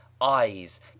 eyes